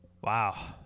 wow